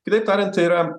kitaip tariant tai yra